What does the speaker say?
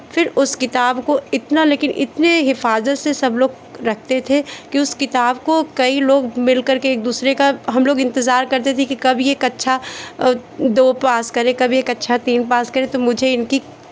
फिर उस किताब को इतना लेकिन इतने हिफ़ाजत से सब लोग रखते थे कि उस किताब को कई लोग मिलकर के एक दूसरे का हम लोग इंतज़ार करते थे कि कब ये कच्छा दो पास करे कब ये कक्षा तीन पास करे तो मुझे इनकी